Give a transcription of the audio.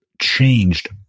changed